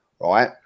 right